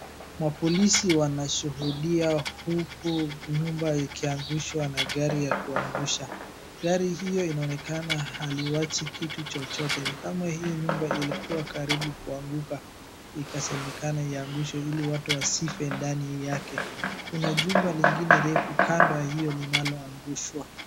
Mapolisi wanashuhudia huku nyumba ikiangushwa na gari ya kuangusha. Gari hiyo inaonekana haliwachi kitu chochote. Ni kama hiyo nyumba ilikuwa karibu kuanguka, ikasemekana iangushwe ili watu wasife ndani yake. Kuna jumba lingine refu kando ya hiyo linaloangushwa.